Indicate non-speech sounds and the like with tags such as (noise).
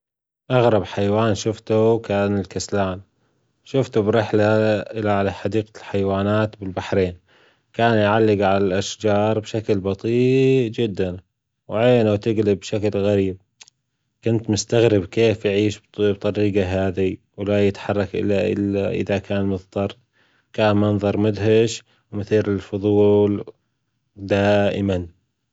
أغرب حيوان شفته كان الكسلان، شوفته برحلة (hesitation) إلي حديقة الحيوانات بالبحرين كان يعلق على الاشجار بشكل بطيء جدا وعينه تقلب بشكل غريب (hesitation) كنت مستغرب كيف يعيش بالطريجة هاذي ولا يتحرك إلا (hesitation) إذا كان مضطر كان منظر مدهش ومثير للفضول دائما.